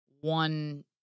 one